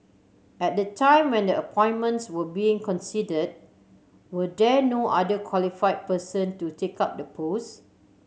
at the time when the appointments were being considered were there no other qualified person to take up the puss